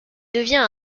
devient